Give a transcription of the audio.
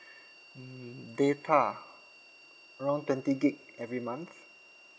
mm data around twenty gig every month